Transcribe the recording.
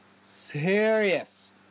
serious